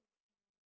then